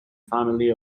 family